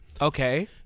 Okay